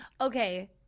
Okay